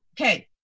Okay